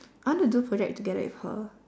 I want to do project together with her